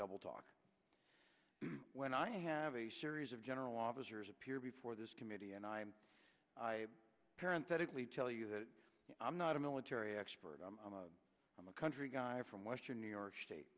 double talk when i have a series of general officers appear before this committee and i'm a parent that it really tell you that i'm not a military expert i'm a i'm a country guy from western new york state